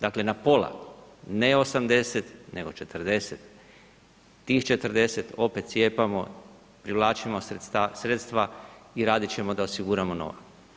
Dakle, na pola, ne 80 nego 40, tih 40 opet cijepamo, privlačimo sredstva i radit ćemo da osiguramo nova.